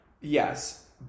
Yes